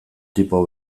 tipo